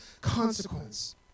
consequence